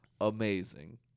amazing